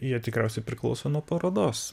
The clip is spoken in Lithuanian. jie tikriausiai priklauso nuo parodos